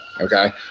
Okay